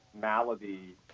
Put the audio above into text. malady